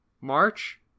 march